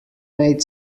made